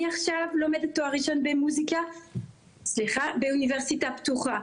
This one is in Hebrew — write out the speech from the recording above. אני עכשיו לומדת תואר ראשון במוזיקה באוניברסיטה הפתוחה.